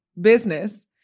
business